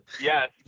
Yes